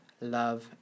love